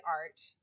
art